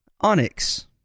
Onyx